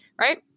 Right